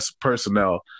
personnel